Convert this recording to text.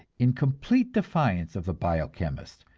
in complete defiance of the bio-chemist,